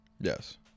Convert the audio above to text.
Yes